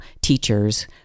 teachers